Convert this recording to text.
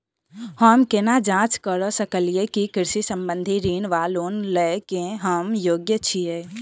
हम केना जाँच करऽ सकलिये की कृषि संबंधी ऋण वा लोन लय केँ हम योग्य छीयै?